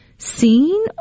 Seen